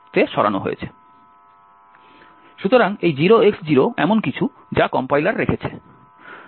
সুতরাং এই 0X0 এমন কিছু যা কম্পাইলার রেখেছে